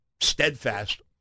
steadfast